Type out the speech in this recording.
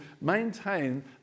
maintain